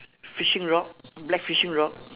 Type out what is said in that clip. fishing rod black fishing rod